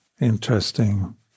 interesting